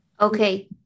Okay